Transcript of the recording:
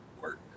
work